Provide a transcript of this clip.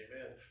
amen